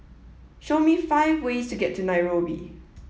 show me five ways to get to Nairobi